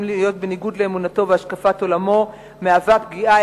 להיות בניגוד לאמונתו והשקפת עולמו מהווה פגיעה,